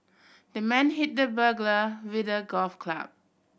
the man hit the burglar with a golf club